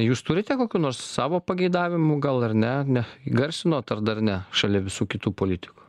jūs turite kokių nors savo pageidavimų gal ar ne neįgarsinot ar dar ne šalia visų kitų politikų